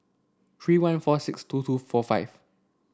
three one four six two two four five